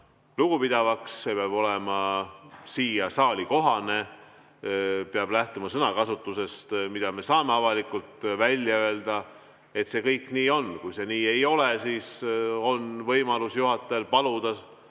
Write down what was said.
lugupidavaks, see peab olema sellele saalile kohane, peab lähtuma sõnakasutusest, mida me saame avalikult välja öelda, see kõik nii on. Kui see nii ei ole, siis on juhatajal võimalus paluda